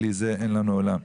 בלי זה אין לנו עולם.